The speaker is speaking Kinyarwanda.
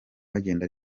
bagenda